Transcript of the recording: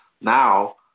now